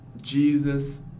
Jesus